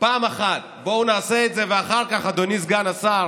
פעם אחת בואו נעשה את זה, ואחר כך, אדוני סגן השר,